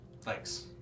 Thanks